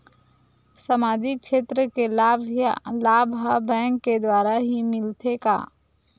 सामाजिक क्षेत्र के लाभ हा बैंक के द्वारा ही मिलथे का?